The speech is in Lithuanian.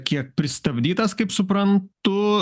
kiek pristabdytas kaip suprantu